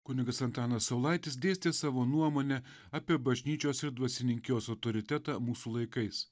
kunigas antanas saulaitis dėstė savo nuomonę apie bažnyčios ir dvasininkijos autoritetą mūsų laikais